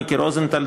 מיקי רוזנטל,